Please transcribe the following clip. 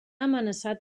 amenaçat